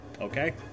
Okay